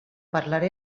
parlaré